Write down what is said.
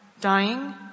dying